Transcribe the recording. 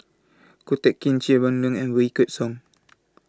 Ko Teck Kin Chia Boon Leong and Wykidd Song